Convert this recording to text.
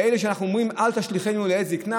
לאלה שאנחנו אומרים: אל תשליכנו לעת זקנה,